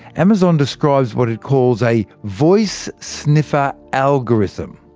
amazon describes what it calls a voice sniffer algorithm.